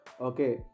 Okay